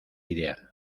ideal